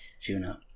Juno